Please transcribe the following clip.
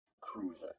cruiser